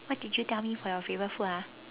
what did you tell me for your favorite food ah